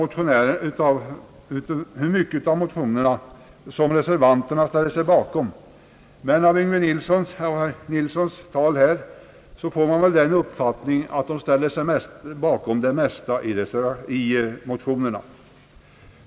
Man vet därför inte hur mycket av motionerna som reservanterna ställer sig bakom, men av herr Yngve Nilssons tal här får man uppfattningen att de ställer sig bakom det mesta i motionerna.